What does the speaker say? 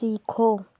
सीखो